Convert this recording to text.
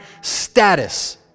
status